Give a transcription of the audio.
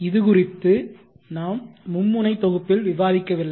இது குறித்து நாம் மும்முனை தொகுப்பில் விவாதிக்கவில்லை